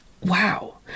Wow